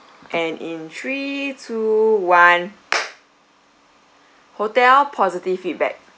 and in three two one hotel positive feedback